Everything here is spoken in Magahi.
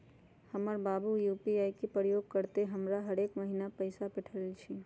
हमर बाबू यू.पी.आई के प्रयोग करइते हमरा हरेक महिन्ना पैइसा पेठबइ छिन्ह